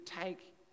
take